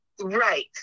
Right